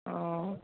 অ